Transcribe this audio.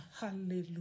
Hallelujah